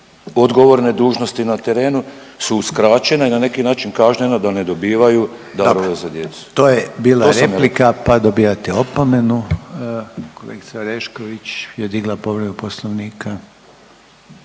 odgovorne dužnosti na terenu su uskraćene i na neki način kažnjena da ne dobivaju darove za djecu. **Reiner, Željko (HDZ)** Dobro. To je bila replika, pa dobivate opomenu. Kolegica Orešković je digla povredu Poslovnika.